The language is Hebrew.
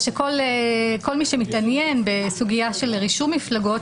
כל מי שמתעניין בסוגיה של רישום מפלגות,